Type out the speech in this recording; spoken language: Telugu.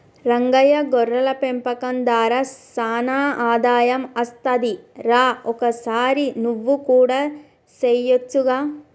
రంగయ్య గొర్రెల పెంపకం దార సానా ఆదాయం అస్తది రా ఒకసారి నువ్వు కూడా సెయొచ్చుగా